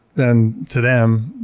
then to them,